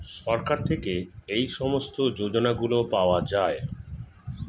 সরকার থেকে এই সমস্ত যোজনাগুলো পাওয়া যায়